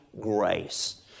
grace